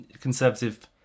conservative